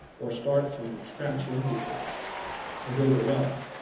or start from scratch young people and build their wealth.